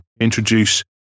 introduce